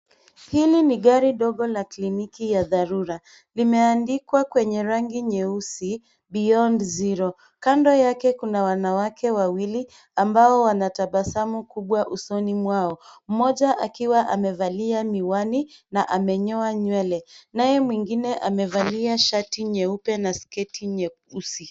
Hili ni gari ndogo ya kliniki ya dharura limeandikwa kwenye rangi nyeusi Beyond Zero . Kando yake kuna wanawake wawili ambao wana tabasamu kubwa usoni mwao. Mmoja akiwa amevalia miwani na amenyoa nywele naye mwingine amevalia shati nyeupe na sketi nyeusi.